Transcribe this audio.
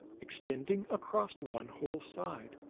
extending across one whole side.